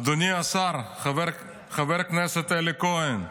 אדוני השר, חבר הכנסת אלי כהן,